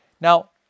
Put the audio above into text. Now